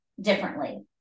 differently